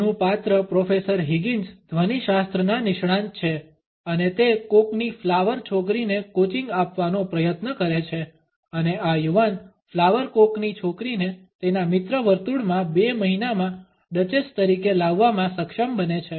શોનું પાત્ર professor Higgins ધ્વનિશાસ્ત્રના નિષ્ણાત છે અને તે કોકની ફ્લાવર છોકરીને કોચિંગ આપવાનો પ્રયત્ન કરે છે અને આ યુવાન ફ્લાવર કોકની છોકરીને તેના મિત્ર વર્તુળમાં બે મહિનામાં ડચેસ તરીકે લાવવામાં સક્ષમ બને છે